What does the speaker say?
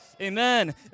Amen